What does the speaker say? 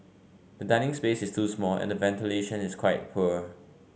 the dining space is too small and ventilation is quite poor